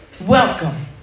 Welcome